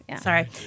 Sorry